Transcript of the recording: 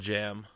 Jam